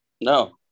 No